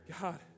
God